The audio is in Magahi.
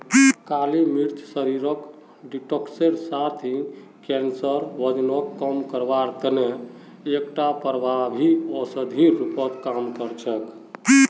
काली मिर्च शरीरक डिटॉक्सेर साथ ही साथ कैंसर, वजनक कम करवार तने एकटा प्रभावी औषधिर रूपत काम कर छेक